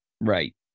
Right